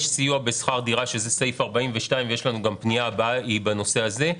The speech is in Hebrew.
יש סיוע בשכר דירה שזה סעיף 42 ויש לנו גם פנייה בנושא הזה.